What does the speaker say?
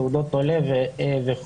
תעודות עולה וכו'.